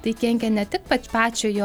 tai kenkia ne tik kad pačio jo